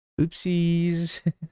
oopsies